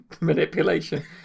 manipulation